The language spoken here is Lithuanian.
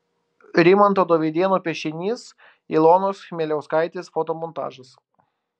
rimanto dovydėno piešinys ilonos chmieliauskaitės fotomontažas